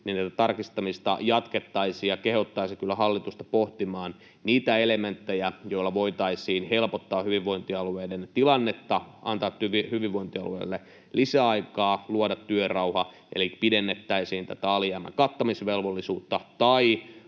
tarkistamista jatkettaisiin, ja kehottaisin kyllä hallitusta pohtimaan niitä elementtejä, joilla voitaisiin helpottaa hyvinvointialueiden tilannetta, antaa hyvinvointialueille lisäaikaa luoda työrauha, eli pidennettäisiin tätä alijäämän kattamisvelvollisuutta tai